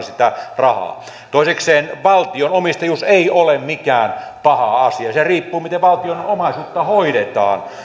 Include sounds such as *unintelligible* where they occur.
*unintelligible* sitä rahaa pidä syömiseen panna toisekseen valtion omistajuus ei ole mikään paha asia se riippuu siitä miten valtion omaisuutta hoidetaan